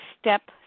step